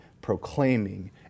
proclaiming